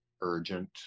urgent